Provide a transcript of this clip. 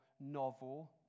novel